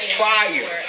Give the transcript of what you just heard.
fire